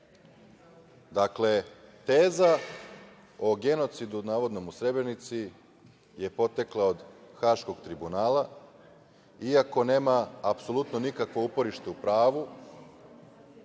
dobro. Teza o genocidu, navodnom u Srebrenici je potekla od Haškog tribunala, iako nema apsolutno nikakvo uporište u pravu,